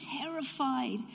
terrified